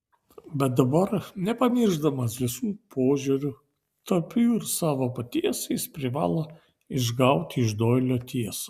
bet dabar nepamiršdamas visų požiūrių tarp jų ir savo paties jis privalo išgauti iš doilio tiesą